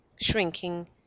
shrinking